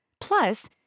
plus